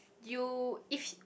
you if he